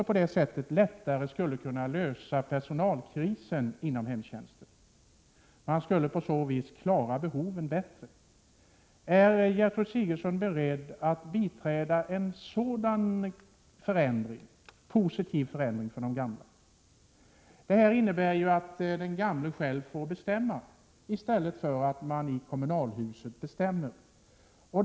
På det sättet skulle också personalkrisen inom hemtjänsten lättare lösas och behoven tillgodoses bättre. Är Gertrud Sigurdsen beredd att biträda en sådan positiv förändring för de gamla? Detta innebär ju att den gamle själv får bestämma i stället för att någon i kommunalhuset bestämmer.